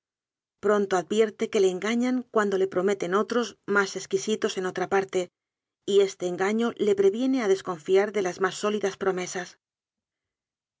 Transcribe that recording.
pronto advierte que le engañan cuando le prometen otros más exquisitos en otra parte y este engaño le previene a descon fiar de las más sólidas promesas